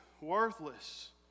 worthless